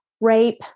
rape